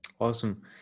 Awesome